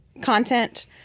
content